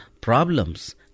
problems